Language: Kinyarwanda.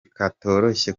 katoroshye